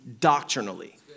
doctrinally